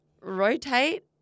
rotate